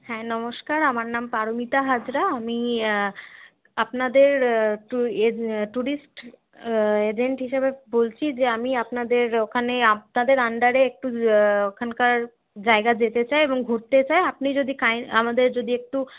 হ্যাঁ নমস্কার আমার নাম পারমিতা হাজরা আমি আপনাদের টু ইয়ে ট্যুরিস্ট এজেন্ট হিসাবে বলছি যে আমি আপনাদের ওখানে আপনাদের আন্ডারে একটু ওখানকার জায়গা যেতে চাই এবং ঘুরতে চাই আপনি যদি কাই আমাদের যদি একটু